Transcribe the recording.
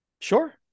Sure